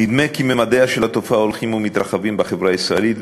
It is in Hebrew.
נדמה כי ממדיה של התופעה הולכים ומתרחבים בחברה הישראלית,